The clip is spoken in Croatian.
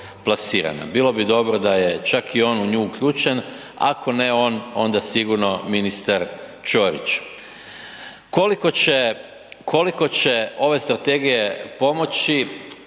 Bilo bi dobro da je čak i on u nju uključen ako ne on onda sigurno ministar Ćorić. Koliko će, koliko će ove strategije pomoći